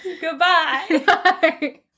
Goodbye